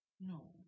No